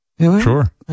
Sure